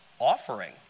offering